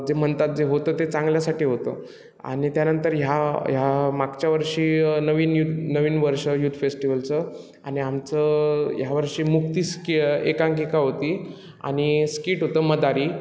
जे म्हणतात जे होतं ते चांगल्यासाठी होतं आणि त्यानंतर ह्या ह्या मागच्या वर्षी नवीन युथ नवीन वर्ष युथ फेस्टिवलचं आणि आमचं ह्यावर्षी मुक्तीस के एकांकिका होती आणि स्किट होतं मदारी